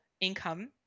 income